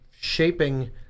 shaping